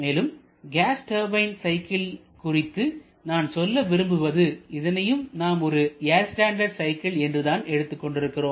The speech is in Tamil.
மேலும் கேஸ் டர்பைன் சைக்கிள் குறித்து நான் சொல்ல விரும்புவது இதனையும் நாம் ஒரு ஏர் ஸ்டாண்டர்ட் சைக்கிள் என்றுதான் எடுத்துக் கொண்டிருக்கிறோம்